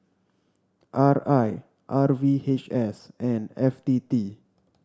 R I R V H S and F T T